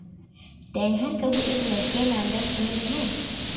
तैंहर कभू एक नसिया नांगर सुने रहें?